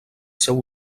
seu